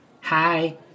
Hi